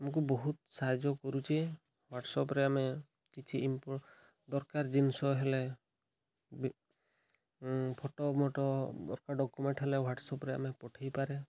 ଆମକୁ ବହୁତ ସାହାଯ୍ୟ କରୁଛି ହ୍ଵାଟସପ୍ରେ ଆମେ କିଛି ଦରକାର ଜିନିଷ ହେଲେ ଫଟୋ ଫଟୋ ଦରକାର ଡକୁମେଣ୍ଟ ହେଲେ ହ୍ଵାଟସପ୍ରେ ଆମେ ପଠାଇପାରେ